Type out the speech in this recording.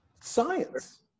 Science